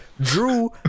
Drew